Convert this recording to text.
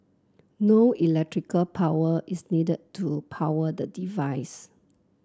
no electrical power is needed to power the device